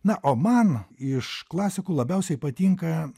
na o man iš klasikų labiausiai patinka